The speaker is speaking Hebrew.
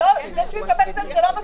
זה שהוא יקבל קנס זה לא מספיק.